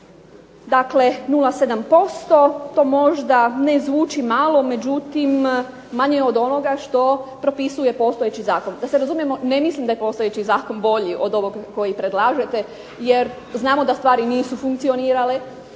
Dakle, 0,7% to ne zvuči malo, međutim manje od onoga što propisuje postojeći zakon. Da se razumijemo ne mislim da je postojeći zakon bolji od ovog kojeg predlažete, jer znamo da stvari nisu funkcionirale,